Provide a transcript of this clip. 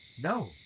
No